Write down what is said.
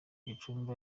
gicumbi